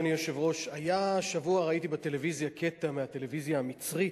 השבוע ראיתי בטלוויזיה קטע מהטלוויזיה המצרית,